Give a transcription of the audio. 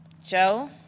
Joe